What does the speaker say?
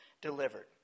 delivered